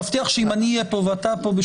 שטיפת המוח הזו היא אנטי ציונית, ולא צריך להתרשם